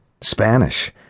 Spanish